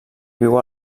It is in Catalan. viu